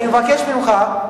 אני מבקש ממך.